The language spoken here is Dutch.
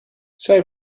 zij